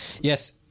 Yes